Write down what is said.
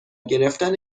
گرفتن